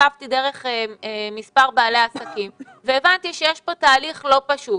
עקבתי דרך מספר בעלי עסקים והבנתי שיש כאן תהליך לא פשוט.